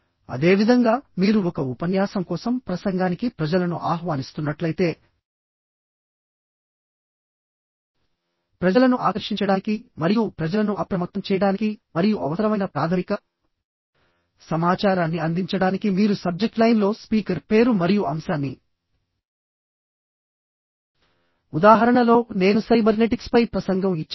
అదేవిధంగామీరు ఒక ఉపన్యాసం కోసం ప్రసంగానికి ప్రజలను ఆహ్వానిస్తున్నట్లయితే ప్రజలను ఆకర్షించడానికి మరియు ప్రజలను అప్రమత్తం చేయడానికి మరియు అవసరమైన ప్రాథమిక సమాచారాన్ని అందించడానికి మీరు సబ్జెక్ట్ లైన్లో స్పీకర్ పేరు మరియు అంశాన్ని ఉదాహరణలో నేను సైబర్నెటిక్స్పై ప్రసంగం ఇచ్చాను